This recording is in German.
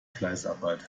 fleißarbeit